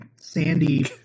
Sandy